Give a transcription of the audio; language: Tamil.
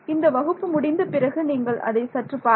இந்த வகுப்பு முடிந்த பிறகு நீங்கள் அதை சற்று பாருங்கள்